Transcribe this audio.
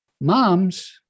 moms